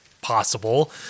possible